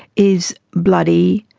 is bloody,